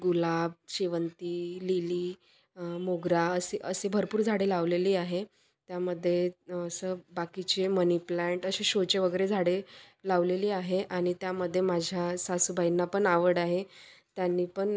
गुलाब शेवंती लीली मोगरा असे असे भरपूर झाडे लावलेली आहे त्यामध्ये असं बाकीचे मनी प्लॅंट असे शोचे वगैरे झाडे लावलेली आहे आणि त्यामध्ये माझ्या सासूबाईंना पण आवड आहे त्यांनी पण